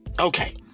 Okay